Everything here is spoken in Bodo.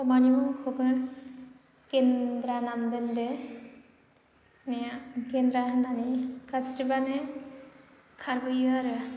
अमानि मुंखौबो गेन्द्रा नाम दोनदो अमाया गेन्द्रा होननानै गाबज्रिबानो खारबोयो आरो